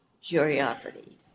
curiosity